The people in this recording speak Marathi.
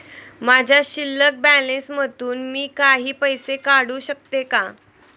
माझ्या शिल्लक बॅलन्स मधून मी काही पैसे काढू शकतो का?